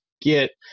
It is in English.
get